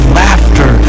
laughter